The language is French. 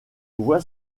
voie